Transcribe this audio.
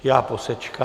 Já posečkám.